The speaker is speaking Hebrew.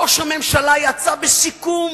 ראש הממשלה יצא בסיכום